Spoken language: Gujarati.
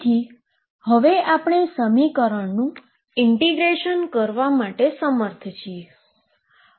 તેથી હવે આપણે સમીકરણનું ઈન્ટીગ્રેશન કરવા માટે સમર્થ છીએ